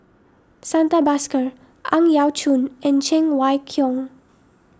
Santha Bhaskar Ang Yau Choon and Cheng Wai Keung